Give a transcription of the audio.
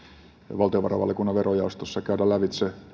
valtiovarainvaliokunnan verojaostossa ja että pitää käydä lävitse